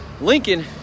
Lincoln